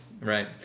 right